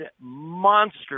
monster